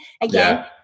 again